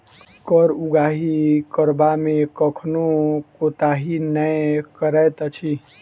कर उगाही करबा मे कखनो कोताही नै करैत अछि